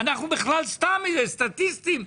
אנחנו בכלל סתם סטטיסטים,